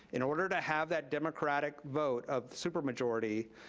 in order to have that democratic vote of supermajority,